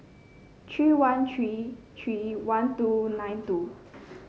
three one three three one two nine two